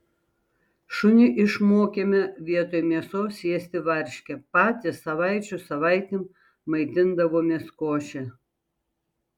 šunį išmokėme vietoj mėsos ėsti varškę patys savaičių savaitėm maitindavomės koše